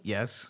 Yes